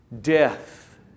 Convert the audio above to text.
death